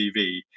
tv